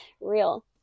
Real